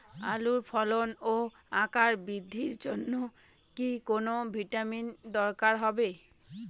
আলুর ফলন ও আকার বৃদ্ধির জন্য কি কোনো ভিটামিন দরকার হবে?